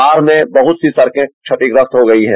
बाढ़ मे बहुत सी सड़कें क्षतिग्रस्त हुई हैं